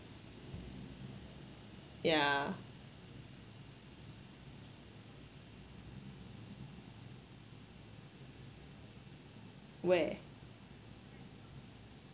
yeah where